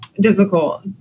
difficult